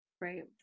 Right